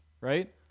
right